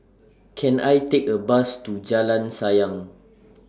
Can I Take A Bus to Jalan Sayang